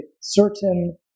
certain